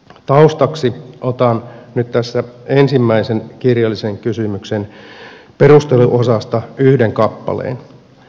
taustaksi otan nyt tässä ensimmäisen kirjallisen kysymyksen perusteluosasta yhden kappaleen